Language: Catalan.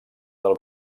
del